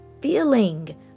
feeling